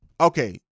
okay